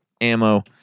ammo